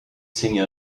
cem